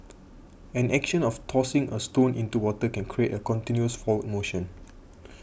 an action of tossing a stone into water can create a continuous forward motion